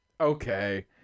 Okay